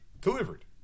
delivered